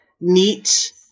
neat